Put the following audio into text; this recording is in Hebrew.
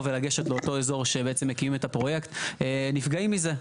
ולגשת לאותו אזור שבעצם מקימים את הפרויקט נפגעים מזה.